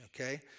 okay